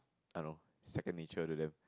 I don't know second nature to them